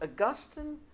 Augustine